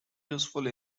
useful